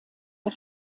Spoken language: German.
der